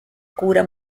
cura